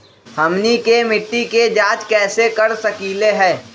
हमनी के मिट्टी के जाँच कैसे कर सकीले है?